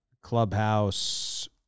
Clubhouse